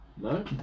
No